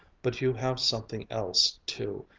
but you have something else too,